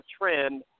trend